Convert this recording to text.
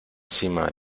cima